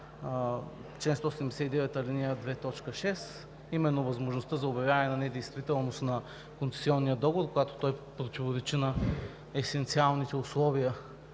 чл. 179, ал. 2, т. 6, а именно възможността за обявяване на недействителност на концесионния договор, когато той противоречи на есенциалните условия,